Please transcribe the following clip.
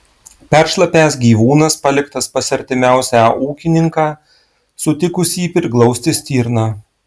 peršlapęs gyvūnas paliktas pas artimiausią ūkininką sutikusį priglausti stirną